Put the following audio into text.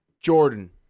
jordan